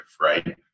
Right